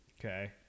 Okay